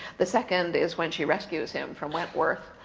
the second is when she rescues him from wentworth.